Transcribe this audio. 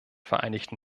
vereinigten